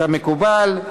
כמקובל.